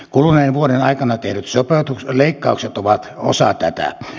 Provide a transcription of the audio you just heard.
kuluneen vuoden aikana tehdyt leikkaukset ovat osa tätä